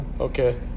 Okay